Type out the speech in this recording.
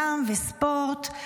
ים וספורט,